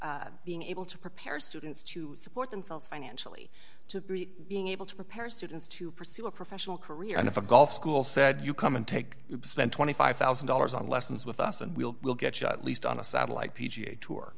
as being able to prepare students to support themselves financially to being able to prepare students to pursue a professional career and of a golf school said you come and take spend twenty five thousand dollars on lessons with us and we will get shot at least on a satellite p g a tour